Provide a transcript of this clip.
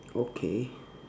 okay